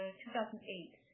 2008